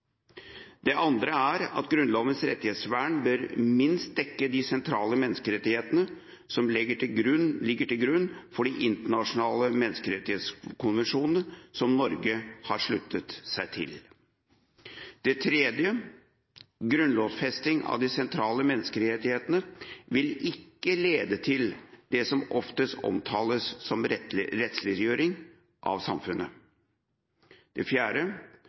det andre: Grunnlovens rettighetsvern bør minst dekke de sentrale menneskerettighetene som ligger til grunn for de internasjonale menneskerettighetskonvensjonene som Norge har sluttet seg til. For det tredje: Grunnlovfesting av de sentrale menneskerettighetene vil ikke lede til det som ofte omtales som rettsliggjøring av samfunnet. For det fjerde: